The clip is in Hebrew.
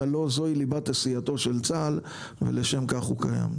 הרי לא זו היא ליבת עשייתו של צה"ל ולשם כך הוא קיים.